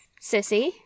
Sissy